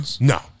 No